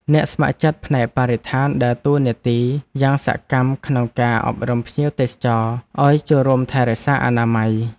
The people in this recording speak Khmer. អ្នកស្ម័គ្រចិត្តផ្នែកបរិស្ថានដើរតួនាទីយ៉ាងសកម្មក្នុងការអប់រំភ្ញៀវទេសចរឱ្យចូលរួមថែរក្សាអនាម័យ។